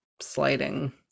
sliding